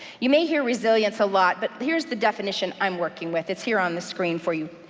you may hear resilience a lot, but here's the definition i'm working with. it's here on the screen for you.